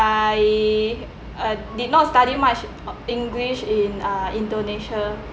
I uh did not study much of english in uh indonesia